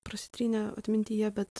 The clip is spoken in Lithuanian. prasitrynė atmintyje bet